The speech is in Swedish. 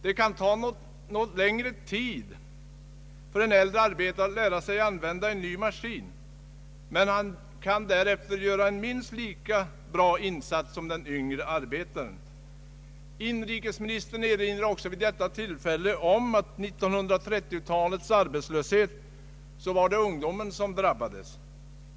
Det kan ta något längre tid för en äldre arbetare att lära sig använda en ny maskin, men han kan därefter göra en minst lika bra insats som den yngre arbetaren. Inrikesministern erinrade också om vid detta tillfälle att vid 1930-talets arbetslöshet var det ungdomen som drabbades.